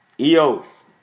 EOS